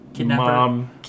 mom